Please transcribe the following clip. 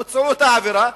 ביצעו אותה עבירה,